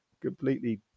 completely